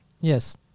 yes